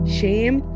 shame